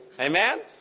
Amen